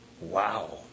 Wow